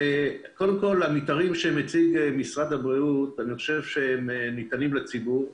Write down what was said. המתארים שמציג משרד הבריאות ניתנים לציבור.